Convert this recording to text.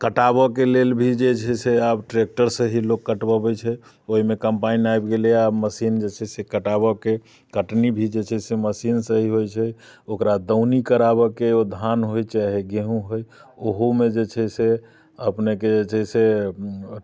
कटाबयके लेल भी जे छै से आब ट्रैक्टरसँ ही लोक कटवबैत छै ओहिमे कम्बाइन्ड आबि गेलैए आब मशीन जे छै से कटाबयके कटनी भी जे छै से मशीनसँ ही होइ छै ओकरा दौनी कराबयके धान होय चाहे गहुँम होय ओहोमे जे छै से अपनेके जे छै से